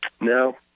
No